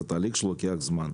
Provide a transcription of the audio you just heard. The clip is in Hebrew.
זה תהליך שלוקח זמן.